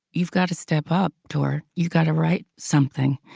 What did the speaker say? you've got to step up, tor. you've got to write something,